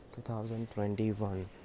2021